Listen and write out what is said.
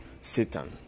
satan